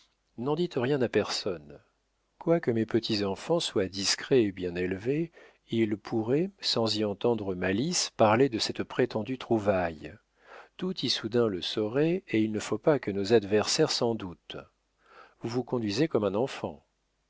n'en dites rien à personne quoique mes petits-enfants soient discrets et bien élevés ils pourraient sans y entendre malice parler de cette prétendue trouvaille tout issoudun le saurait et il ne faut pas que nos adversaires s'en doutent vous vous conduisez comme un enfant